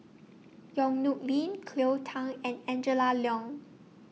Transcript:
Yong Nyuk Lin Cleo Thang and Angela Liong